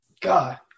God